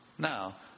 Now